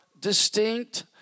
distinct